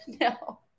no